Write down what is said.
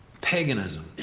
paganism